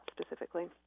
specifically